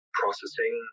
processing